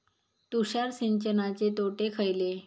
तुषार सिंचनाचे तोटे खयले?